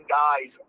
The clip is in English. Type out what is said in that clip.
guys